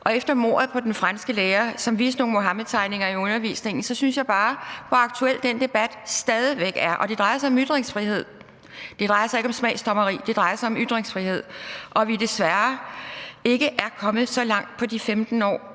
Og mordet på den franske lærer, som viste nogle Muhammedtegninger i undervisningen, synes jeg bare viser, hvor aktuel den debat stadig væk er, og det drejer sig om ytringsfrihed. Det drejer sig ikke om smagsdommeri, det drejer sig om ytringsfrihed og om, at vi desværre ikke er kommet så langt på de 15 år,